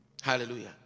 Hallelujah